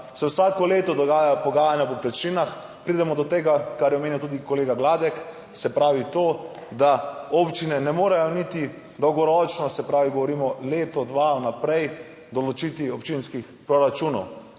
se vsako leto dogajajo pogajanja o povprečninah, pridemo do tega, kar je omenil tudi kolega Gladek, se pravi to, da občine ne morejo niti dolgoročno, se pravi, govorimo leto, dva vnaprej, določiti občinskih proračunov,